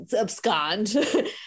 abscond